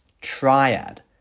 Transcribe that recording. TRIAD